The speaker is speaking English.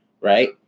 right